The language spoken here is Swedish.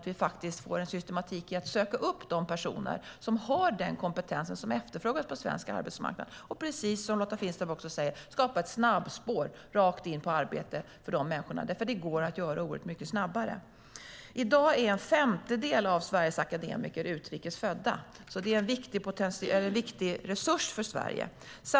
Vi måste få en systematik för att söka upp de personer som har den kompetens som efterfrågas på svensk arbetsmarknad, och, precis som Lotta Finstorp säger, skapa ett snabbspår rakt in i arbete för dessa människor. Det går ju att göra mycket snabbare. I dag är en femtedel av Sveriges akademiker utrikes födda, så det är en viktig resurs för Sverige.